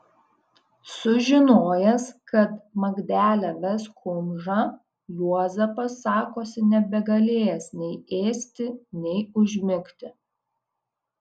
sužinojęs kad magdelę ves kumža juozapas sakosi nebegalėjęs nei ėsti nei užmigti